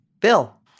Bill